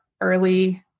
early